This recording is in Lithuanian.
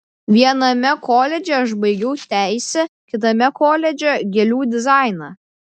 viename koledže aš baigiau teisę kitame koledže gėlių dizainą